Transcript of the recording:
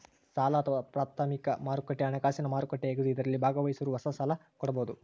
ಸಾಲ ಅಥವಾ ಪ್ರಾಥಮಿಕ ಮಾರುಕಟ್ಟೆ ಹಣಕಾಸಿನ ಮಾರುಕಟ್ಟೆಯಾಗಿದ್ದು ಇದರಲ್ಲಿ ಭಾಗವಹಿಸೋರು ಹೊಸ ಸಾಲ ಕೊಡಬೋದು